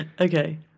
Okay